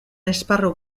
esparru